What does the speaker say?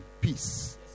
peace